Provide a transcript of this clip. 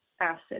acid